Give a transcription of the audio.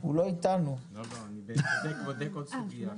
אבל הן לא מקבלות תוקף בלי הועדה.